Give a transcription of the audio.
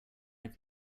have